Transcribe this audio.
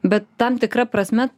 bet tam tikra prasme